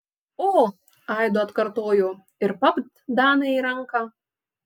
o aidu atkartojo ir papt danai į ranką